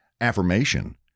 affirmation